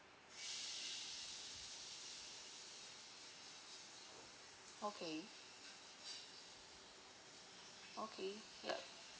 okay okay ya